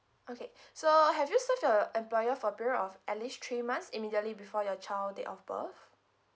okay so have you served your employer for a period of at least three months immediately before your child date of birth